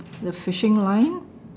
the fishing line